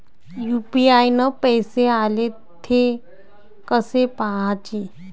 UPI न पैसे आले, थे कसे पाहाचे?